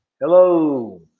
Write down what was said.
Hello